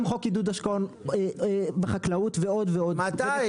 גם חוק עידוד השקעות בחקלאות ועוד ועוד --- מתי?